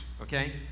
okay